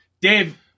Dave